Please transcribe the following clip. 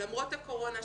למרות הקורונה,